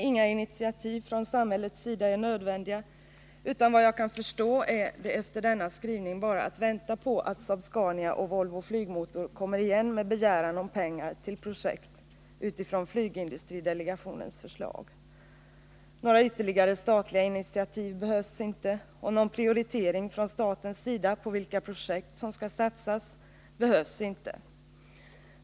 Inga initiativ från samhällets sida är nödvändiga, utan vad jag kan förstå är det efter denna skrivning bara att vänta på att Saab-Scania och Volvo Flygmotor kommer igen med begäran om pengar till projekt utifrån flygindustridelegationens förslag. Några ytterligare statliga initiativ behövs inte. Någon prioritering från statens sida på vilka projekt man skall satsa behövs inte heller.